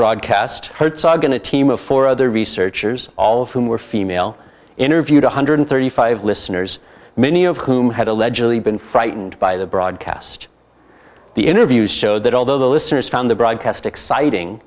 broadcast rights are going to team of four other researchers all of whom were female interviewed one hundred and thirty five listeners many of whom had allegedly been frightened by the broadcast the interviews showed that although the listeners found the broadcast exciting